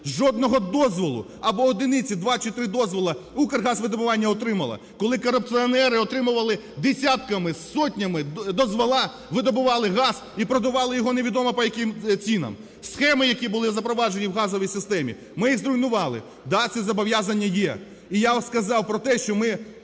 жодного дозволу, або одиниці, два чи три дозволи, "Укргазвидобування" отримало. Коли корупціонери отримували десятками, сотнями дозволи, видобували газ і продавали його невідомо по яким цінам. Схеми, які були запроваджені в газовій системі, ми їх зруйнували. Да, це зобов'язання є. І я сказав про те, що ми